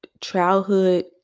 childhood